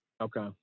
Okay